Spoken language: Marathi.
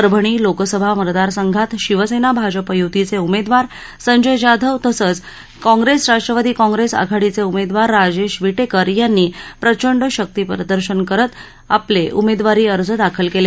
परभणी लोकसभा मतदार संघात शिवसेना भाजपा युतीचे उमेदवार संजय जाधव तसेच कॉंग्रेस राष्ट्रवादी कॉंग्रेस आघाडीचे उमेदवार राजेश विटेकर यांनी प्रचंड शक्तीप्रदर्शन करीत आपले उमेदवारी अर्ज दाखल केले